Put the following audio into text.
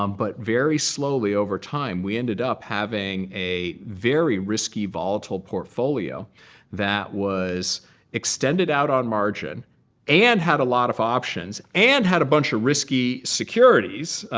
um but very slowly over time, we ended up having a very risky volatile portfolio that was extended out on margin and had a lot of options and had a bunch of risky securities,